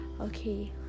Okay